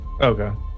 Okay